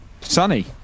sunny